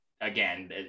again